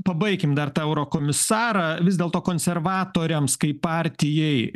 pabaikim dar tą eurokomisarą vis dėlto konservatoriams kaip partijai